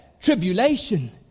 tribulation